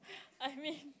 I mean